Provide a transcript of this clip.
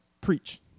preach